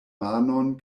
manon